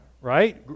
right